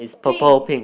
pink